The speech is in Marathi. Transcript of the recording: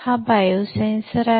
हा बायो सेन्सर आहे